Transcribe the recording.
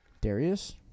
Darius